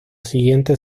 siguiente